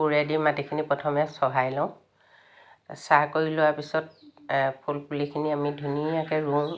কোৰেদি মাটিখিনি প্ৰথমে চহাই লওঁ চাহ কৰি লোৱাৰ পিছত ফুলপুলিখিনি আমি ধুনীয়কৈ ৰুওঁ